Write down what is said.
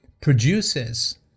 produces